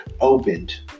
opened